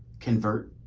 convert,